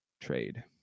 trade